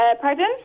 Pardon